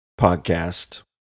podcast